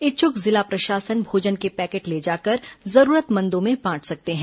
इच्छुक जिला प्रशासन भोजन के पैकेट ले जाकर जरूरतमंदों में बांट सकते हैं